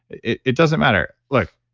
it it doesn't matter. look,